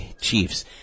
Chiefs